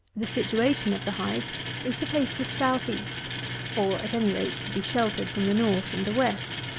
the situation of the hive is to face the south-east or, at any rate, to be sheltered from the north and the west.